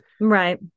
Right